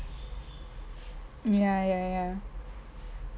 ya ya ya